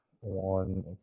One